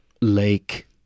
Lake